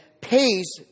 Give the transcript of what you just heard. pays